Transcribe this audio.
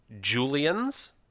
julian's